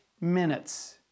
minutes